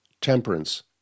Temperance